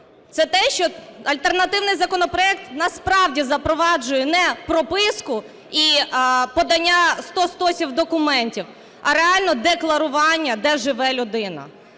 Це те, що альтернативний законопроект насправді запроваджує не прописку і подання сто стосів документів, а реально декларування, де живе людина.